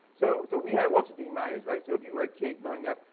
so so, we had walter d. myers right, so if you were a kid growing up,